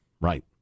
Right